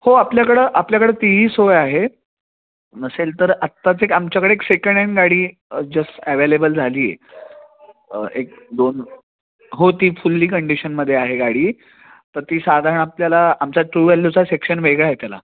हो आपल्याकडं आपल्याकडं तीही सोय आहे नसेल तर आत्ताच एक आमच्याकडे एक सेकंड हँड गाडी जस्ट ॲवेलेबल झाली आहे एक दोन हो ती फुल्ली कंडिशनमध्ये आहे गाडी तर ती साधारण आपल्याला आमचा ट्रू व्हॅल्यूचा सेक्शन वेगळा आहे त्याला